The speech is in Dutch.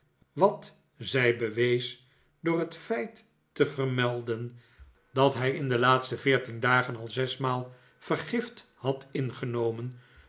wat zij bewees door het feit te vermelden dat hij in de laatste veertien nikolaas nickleby dagen al zes maal vergift had ingenomen